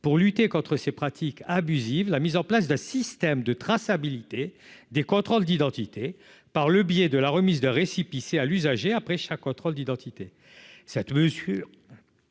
pour lutter contre ces pratiques abusives, la mise en place d'un système de traçabilité des contrôles d'identité, par le biais de la remise de récépissé à l'usager après chaque contrôle d'identité, cette mesure.